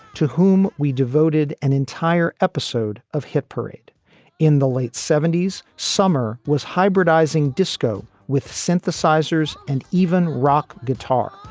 to whom we devoted an entire episode of hit parade in the late seventy point s summer was hybridizing disco with synthesizers and even rock guitar,